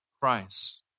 Christ